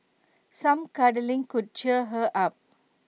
some cuddling could cheer her up